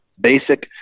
basic